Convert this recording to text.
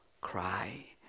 cry